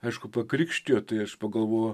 aišku pakrikštijo tai aš pagalvojau